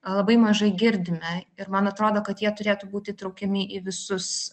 labai mažai girdime ir man atrodo kad jie turėtų būti įtraukiami į visus